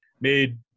made